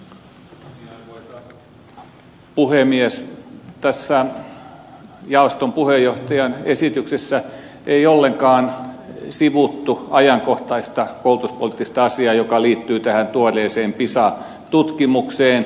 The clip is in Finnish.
tässä jaoston puheenjohtajan esityksessä ei ollenkaan sivuttu ajankohtaista koulutuspoliittista asiaa joka liittyy tähän tuoreeseen pisa tutkimukseen